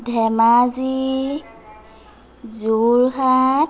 Dhemaji Jorhat